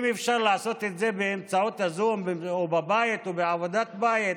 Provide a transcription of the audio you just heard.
אם אפשר לעשות את זה באמצעות הזום או בבית או בעבודת בית,